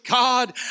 God